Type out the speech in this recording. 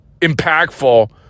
impactful